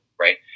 right